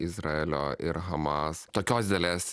izraelio ir hamas tokios didelės